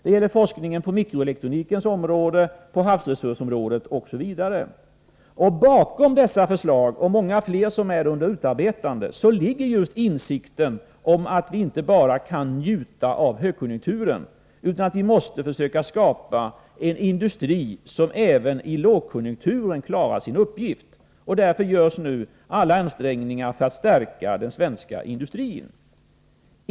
Det gäller forskningen på mikroelektronikområdet, på havsresursområdet osv. Bakom dessa förslag och många fler som är under utarbetande ligger just insikten om att vi inte bara kan njuta av högkonjunkturen utan att vi måste försöka skapa en industri som även under lågkonjunkturer klarar sin uppgift. Därför görs nu alla ansträngningar för att stärka den svenska industrin.